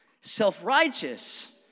self-righteous